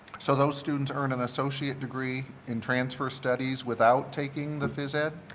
so, those students earn an associate degree in transfer studies without taking the phys ed?